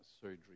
surgery